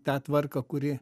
tą tvarką kuri